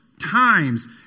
times